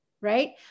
right